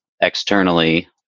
externally